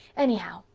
anyhow,